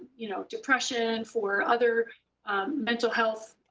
you know, depression, for other mental health,